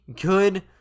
good